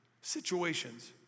situations